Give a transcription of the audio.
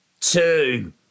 two